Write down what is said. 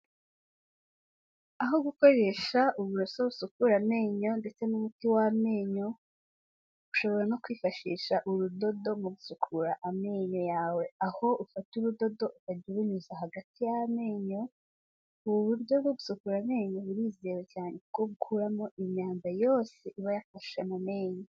Aho gukoresha uburoso busukura amenyo ndetse n'umuti w'amenyo, ushobora no kwifashisha urudodo mu gusukura amenyo yawe, aho ufata urudodo ukajya urunyuza hagati y'amenyo, ubu buryo bwo gusukura amenyo burizera cyane, bwo gukuramo imyanda yose iba yafashe mu menyo.